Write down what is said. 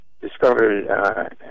discovered